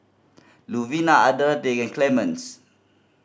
Luvinia Adelaide and Clemens